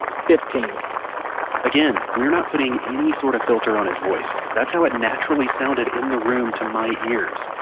fifteen again, we're not putting any sort of filter on his voice. that's how it naturally sounded in the room to my ears.